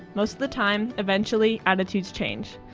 most of the time, eventually attitudes change,